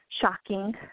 shocking